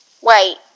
Wait